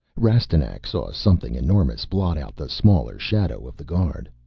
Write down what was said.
rastignac saw something enormous blot out the smaller shadow of the guard.